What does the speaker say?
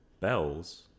bells